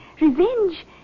revenge